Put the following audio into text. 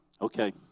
Okay